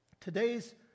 Today's